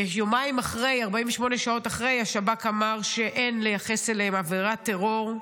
ו-48 שעות אחרי השב"כ אמר שאין לייחס להם עבירת טרור.